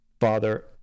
father